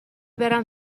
برم